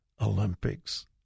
Olympics